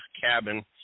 cabin